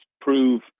prove